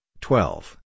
twelve